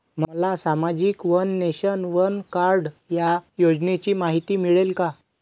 मला सामाजिक one nation, one card या योजनेची माहिती मिळेल का?